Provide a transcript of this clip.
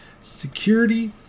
Security